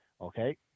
okay